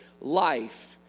life